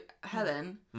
Helen